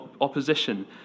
opposition